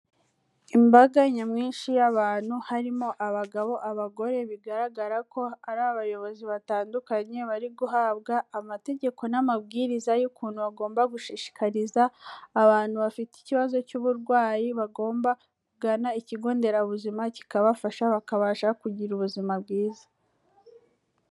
Imbaga nyamwinshi y'abantu, harimo abagabo, abagore, bigaragara ko ari abayobozi batandukanye, bari guhabwa amategeko n'amabwiriza y'ukuntu bagomba gushishikariza abantu bafite ikibazo cy'uburwayi, bagomba kugana ikigo nderabuzima kikabafasha bakabasha kugira ubuzima bwiza.